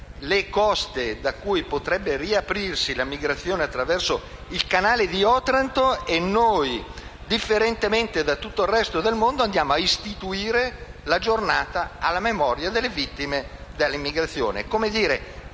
le coste da cui potrebbe riaprirsi la migrazione attraverso il Canale di Otranto e noi, differentemente da tutto il resto del mondo, andiamo a istituire la Giornata nazionale in memoria delle vittime dell'immigrazione.